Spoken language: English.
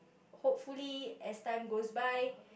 hopefully as time goes by